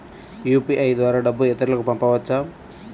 UPI ద్వారా డబ్బు ఇతరులకు పంపవచ్చ?